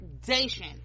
foundation